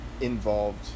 involved